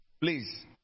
please